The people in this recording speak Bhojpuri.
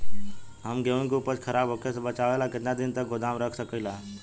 हम गेहूं के उपज खराब होखे से बचाव ला केतना दिन तक गोदाम रख सकी ला?